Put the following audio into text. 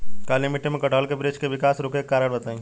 काली मिट्टी में कटहल के बृच्छ के विकास रुके के कारण बताई?